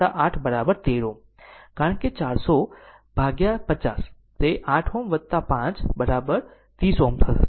કારણ કે 400 ભાગ્યા 50 તે 8 Ω 5 30 Ω હશે